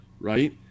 right